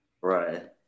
Right